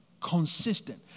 Consistent